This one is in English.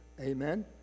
Amen